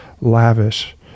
lavish